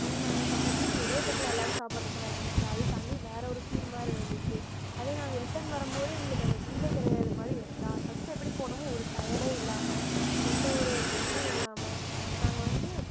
அங்கே நாங்கள் சமச்சு ஒரே தட்டில் எல்லோரும் சாப்பிடுற மாதிரி இருந்துச்சு அது தனி வேறு ஒரு ஃபீல் மாதிரி இருந்துச்சு அதே நாங்கள் ரிட்டன் வரும் போது எங்களுக்கு அந்த ஃபீலே கிடயாது மாதிரி ஃபர்ஸ்ட் எப்படி போனோமோ ஒரு டயடே இல்லாமல் எந்த ஒரு பிரச்சினையும் இல்லாமல் நாங்கள் வந்து